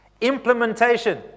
Implementation